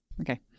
Okay